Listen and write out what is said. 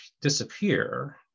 disappear